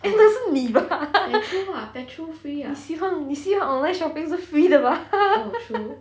因该是你 bah 你希望希望 online shopping 是 free 的 bah